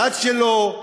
הדת שלו,